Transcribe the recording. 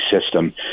system